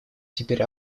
теперь